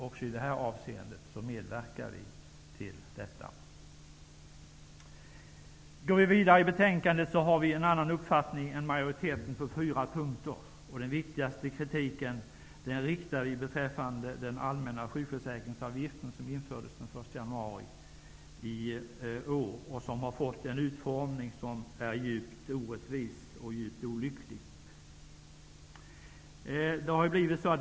I det avseendet vill vi medverka. Vi har en annan uppfattning än majoriteten på fyra punkter. Den viktigaste kritiken riktar vi beträffande den allmänna sjukförsäkringsavgiften, som infördes den 1 januari i år och som har fått en utformning som är djupt orättvis och olycklig.